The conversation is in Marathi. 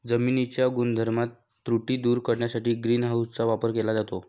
जमिनीच्या गुणधर्मातील त्रुटी दूर करण्यासाठी ग्रीन हाऊसचा वापर केला जातो